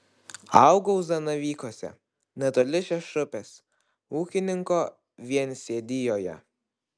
augau zanavykuose netoli šešupės ūkininko viensėdijoje